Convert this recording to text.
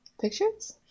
Pictures